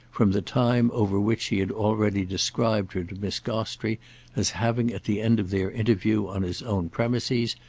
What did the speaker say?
from the time over which he had already described her to miss gostrey as having, at the end of their interview on his own premises,